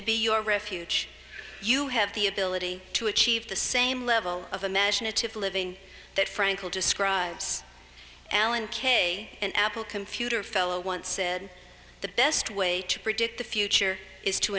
to be your refuge you have the ability to achieve the same level of imaginative living that frankel describes alan kay an apple computer fellow once said the best way to predict the future is to